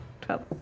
twelve